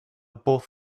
both